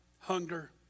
hunger